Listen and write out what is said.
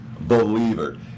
believer